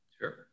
Sure